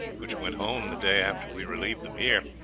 which went home the day after we relieved them here.